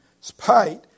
spite